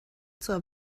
zur